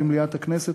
במליאת הכנסת.